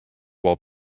while